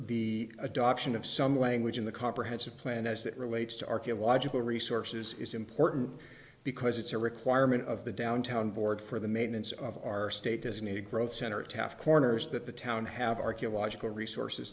the adoption of some language in the comprehensive plan as it relates to archaeological resources is important because it's a requirement of the downtown board for the maintenance of our state as a new growth center at taft corners that the town have archaeological resources